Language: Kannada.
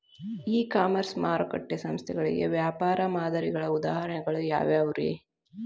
ಇ ಕಾಮರ್ಸ್ ಮಾರುಕಟ್ಟೆ ಸ್ಥಳಗಳಿಗೆ ವ್ಯಾಪಾರ ಮಾದರಿಗಳ ಉದಾಹರಣೆಗಳು ಯಾವವುರೇ?